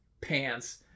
pants